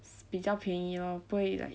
比较便宜 lor 不会 like